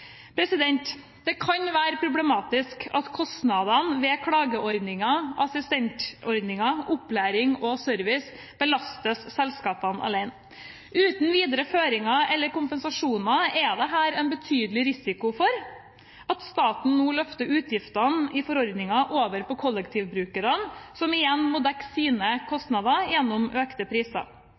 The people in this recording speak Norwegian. Det kan være problematisk at kostnadene ved klageordningen, assistentordningen, opplæring og service belastes selskapene alene. Uten videre føringer eller kompensasjoner er det her en betydelig risiko for at staten nå løfter utgiftene i forordningen over på kollektivbrukerne, og de økte kostnadene må dekkes gjennom økte priser.